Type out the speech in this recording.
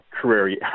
career